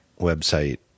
website